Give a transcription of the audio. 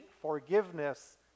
forgiveness